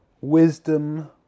Wisdom